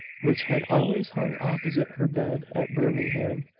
which had always hung opposite her bed at birmingham,